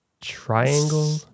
Triangle